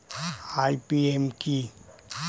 IPM কি?